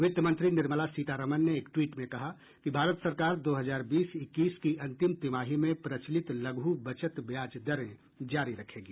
वित्त मंत्री निर्मला सीतारामन ने एक ट्वीट में कहा कि भारत सरकार दो हजार बीस इक्कीस की अंतिम तिमाही में प्रचलित लघु बचत ब्याज दरें जारी रखेगी